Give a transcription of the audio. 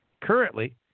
Currently